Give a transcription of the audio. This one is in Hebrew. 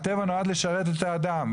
הטבע נועד לשרת את האדם,